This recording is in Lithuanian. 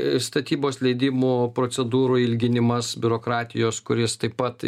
statybos leidimo procedūrų ilginimas biurokratijos kuris taip pat